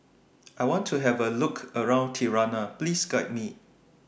I want to Have A Look around Tirana Please Guide Me